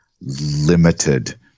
limited